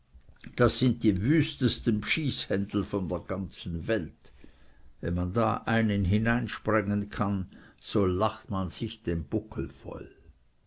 das sind die wüstesten bschyßhändel von der ganzen welt wenn man da einen hinein sprengen kann so lacht man sich den buckel voll